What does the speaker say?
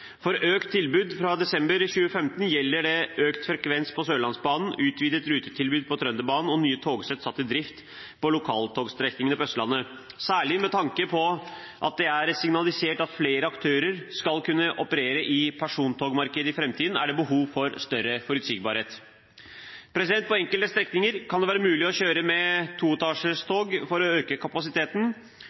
For økt tilbud fra desember 2015 gjelder det økt frekvens på Sørlandsbanen, utvidet rutetilbud på Trønderbanen og nye togsett satt i drift på lokaltogstrekningene på Østlandet. Særlig med tanke på at det er signalisert at flere aktører skal kunne operere i persontogmarkedet i framtiden, er det behov for større forutsigbarhet. På enkelte strekninger kan det være mulig å kjøre med toetasjerstog for å øke kapasiteten.